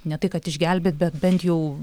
ne tai kad išgelbėt bet bent jau